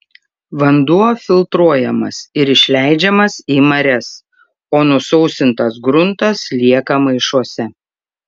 vanduo filtruojamas ir išleidžiamas į marias o nusausintas gruntas lieka maišuose